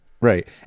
Right